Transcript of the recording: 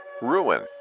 Ruin